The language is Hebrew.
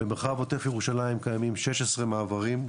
במרחב עוטף ירושלים קיימים 16 מעברים,